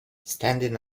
standing